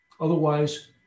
Otherwise